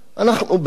אנחנו בעד,